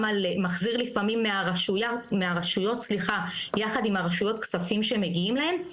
מחזיר לפעמים מהרשויות יחד עם הרשויות כספים שמגיעים להם.